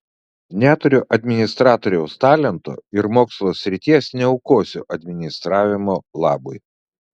neturiu administratoriaus talento ir mokslo srities neaukosiu administravimo labui